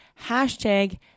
hashtag